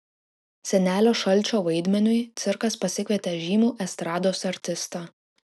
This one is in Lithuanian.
senelio šalčio vaidmeniui cirkas pasikvietė žymų estrados artistą